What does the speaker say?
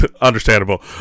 understandable